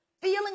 feeling